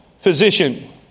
physician